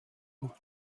بود